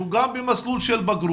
שהוא גם במסלול של בגרות